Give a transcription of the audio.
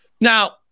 now